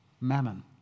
Mammon